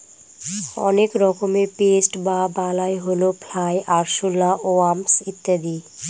অনেক রকমের পেস্ট বা বালাই হল ফ্লাই, আরশলা, ওয়াস্প ইত্যাদি